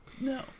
No